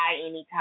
anytime